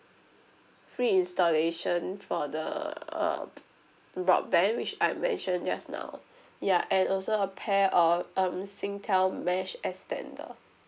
free installation for the uh broadband which I mentioned just now ya and also a pair of um singtel mesh extender